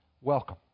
welcome